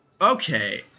Okay